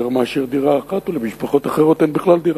מאשר דירה אחת ולמשפחות אחרות אין בכלל דירה.